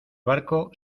barco